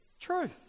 truth